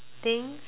things